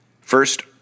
First